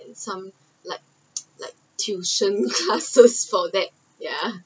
and some like like tuition classes so for that ya